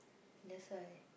that's why